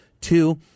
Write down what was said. two